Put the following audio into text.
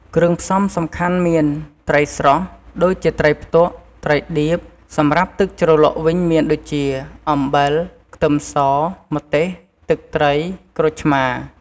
គ្រឿងផ្សំសំខាន់មាន ត្រីស្រស់ ដូចជាត្រីផ្ទក់ ត្រីដៀប សម្រាប់ទឹកជ្រលក់វិញមានដូចជា អំបិល ខ្ទឹមស ម្ទេស ទឹកត្រី ក្រូចឆ្មារ។